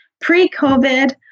pre-COVID